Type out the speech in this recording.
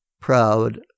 proud